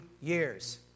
years